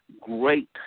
great